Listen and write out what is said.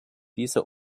dieser